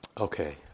Okay